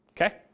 Okay